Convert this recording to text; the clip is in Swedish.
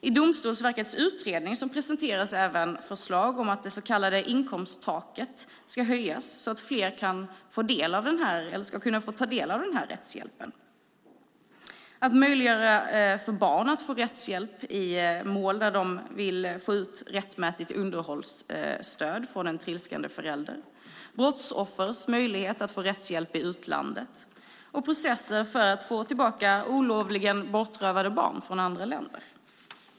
I Domstolsverkets utredning presenteras även förslag om att det så kallade inkomsttaket ska höjas så att fler ska kunna få del av rättshjälpen. Det handlar om att möjliggöra för barn att få rättshjälp i mål där de vill få ut rättmätigt underhållsstöd från en trilskande förälder, om brottsoffers möjlighet att få rättshjälp i utlandet och om processer för att få tillbaka olovligen bortrövade barn från andra länder.